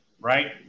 right